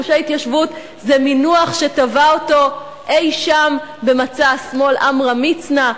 גושי ההתיישבות זה מינוח שטבע אותו אי-שם במצע השמאל עמרם מצנע,